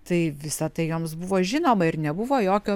tai visa tai joms buvo žinoma ir nebuvo jokio